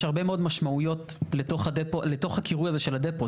יש הרבה מאוד משמעויות לתוך הקירוי הזה של הדפו.